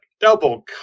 double